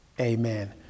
Amen